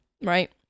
right